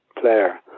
player